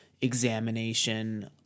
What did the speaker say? examination